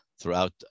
throughout